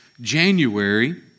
January